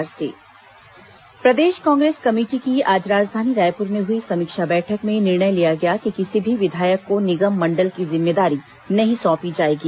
कांग्रेस बैठक प्रदेश कांग्रेस कमेटी की आज राजधानी रायपुर में हुई समीक्षा बैठक में निर्णय लिया गया कि किसी भी विधायक को निगम मंडल की जिम्मेदारी नहीं सौंपी जाएगी